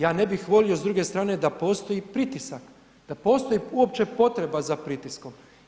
Ja ne bih volio s druge strane da postoji pritisak, da postoji uopće potreba za pritiskom.